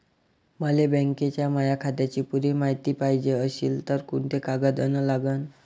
मले बँकेच्या माया खात्याची पुरी मायती पायजे अशील तर कुंते कागद अन लागन?